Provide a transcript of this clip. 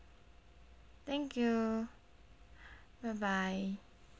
thank you bye bye